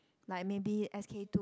like maybe S K two